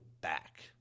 back